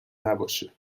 نباشه